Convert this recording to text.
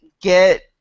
get